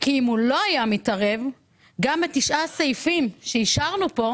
כי אם הוא לא היה מתערב גם תשעה הסעיפים שאישרנו כאן